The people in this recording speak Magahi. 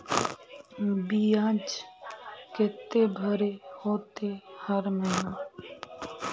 बियाज केते भरे होते हर महीना?